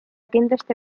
kindlasti